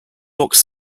box